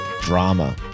drama